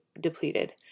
depleted